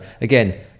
again